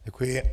Děkuji.